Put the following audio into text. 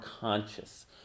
conscious